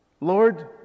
Lord